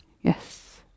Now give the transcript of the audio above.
Yes